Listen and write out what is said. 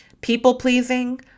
people-pleasing